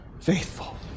faithful